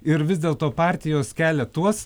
ir vis dėlto partijos kelia tuos